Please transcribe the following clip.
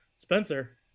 Spencer